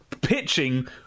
pitching